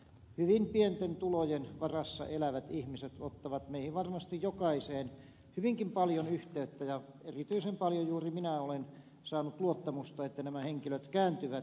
hyvin pienten tulojen varassa elävät ihmiset ottavat varmasti meihin jokaiseen hyvinkin paljon yhteyttä ja erityisen paljon juuri minä olen saanut luottamusta että nämä henkilöt kääntyvät elämäntilanteissaan puoleeni